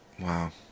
Wow